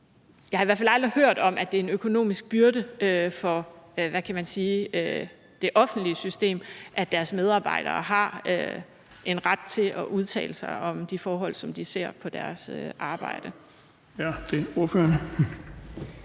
Jeg har i hvert falder aldrig hørt om, at det er en økonomisk byrde for det offentlige system, at deres medarbejdere har en ret til at udtale sig om de forhold, som de ser på deres arbejde.